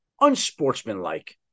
unsportsmanlike